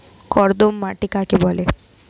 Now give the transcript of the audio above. কর্দম মাটি কাকে বলে?